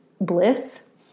bliss